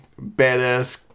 badass